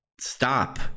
stop